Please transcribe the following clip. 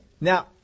Now